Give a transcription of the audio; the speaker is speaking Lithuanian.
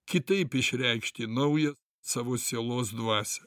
kitaip išreikšti naują savo sielos dvasią